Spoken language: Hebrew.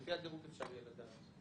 לפי הדירוג אפשר יהיה לדעת.